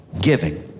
giving